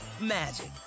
magic